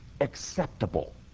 acceptable